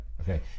Okay